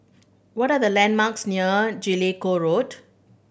what are the landmarks near Jellicoe Road